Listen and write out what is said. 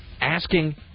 asking